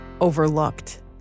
overlooked